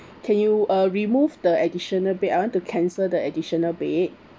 can you uh remove the additional bed I want to cancel the additional bed